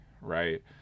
right